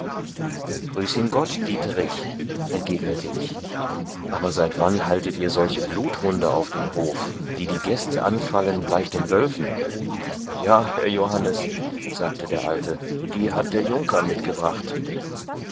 grüß ihn gott dieterich entgegnete ich aber seit wann haltet ihr solche bluthunde auf dem hof die die gäste anfallen gleich den wölfen ja herr johannes sagte der alte die hat der junker hergebracht